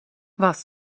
was